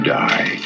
die